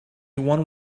one